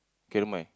K never mind